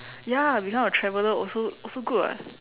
ya become a traveler also also good [what]